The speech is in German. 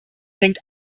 hängt